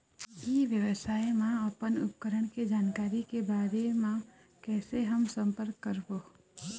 ई व्यवसाय मा अपन उपकरण के जानकारी के बारे मा कैसे हम संपर्क करवो?